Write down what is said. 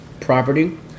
property